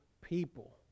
people